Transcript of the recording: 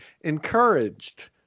encouraged